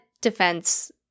defense